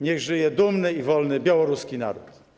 Niech żyje dumny i wolny białoruski naród!